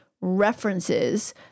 references